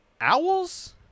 owls